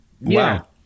Wow